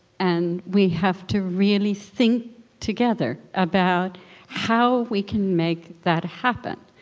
and we have to really think together about how we can make that happen.